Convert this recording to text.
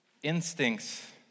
Instincts